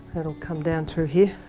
it'll come down through here.